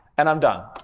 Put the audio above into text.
and i'm done.